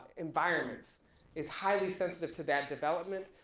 environments is highly sensitive to that development.